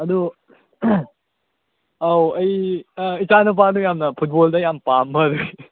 ꯑꯗꯨ ꯑꯥꯎ ꯑꯩ ꯏꯆꯥꯅꯨꯄꯥꯗꯨ ꯌꯥꯝꯅ ꯐꯨꯠꯕꯣꯜꯗ ꯌꯥꯝ ꯄꯥꯝꯕ ꯑꯣꯏꯕꯒꯤ